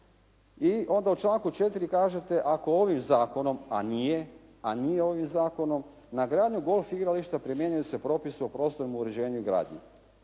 i onda u članku 4. kažete ako ovim zakonom, a nije ovim zakonom, na gradnju golf igrališta primjenjuju se propisi o prostornom uređenju i gradnji.